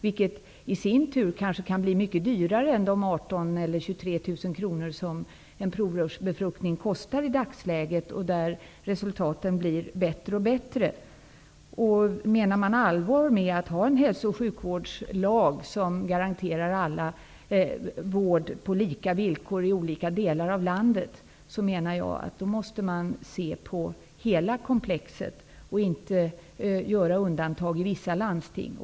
Det kan i sin tur kanske bli mycket dyrare än de 18 000 2300 kronor som en provrörsbefruktning kostar i dagsläget, och där resultaten blir bättre och bättre. Man får inte göra undantag i vissa landsting.